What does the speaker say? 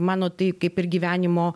mano tai kaip ir gyvenimo